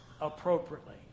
appropriately